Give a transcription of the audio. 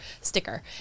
sticker